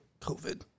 COVID